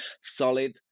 solid